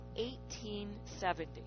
1870